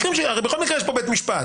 הרי בול מקרה יש פה בית המשפט.